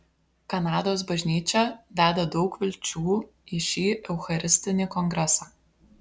kanados bažnyčia deda daug vilčių į šį eucharistinį kongresą